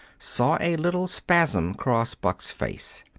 saw a little spasm cross buck's face.